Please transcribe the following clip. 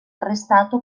arrestato